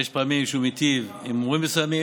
יש פעמים שהוא מיטיב עם הורים מסוימים